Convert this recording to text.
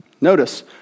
Notice